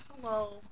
Hello